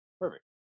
perfect